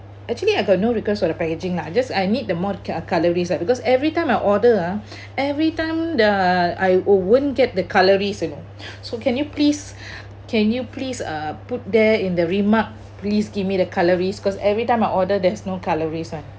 actually I got no request for the packaging lah just I need the more cut~ cutleries ah because everytime I order ah everytime the I wouldn't get the cutleries you know so can you please can you please uh put there in the remark please give me the cutleries cause everytime I order there's no cutleries [one]